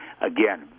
Again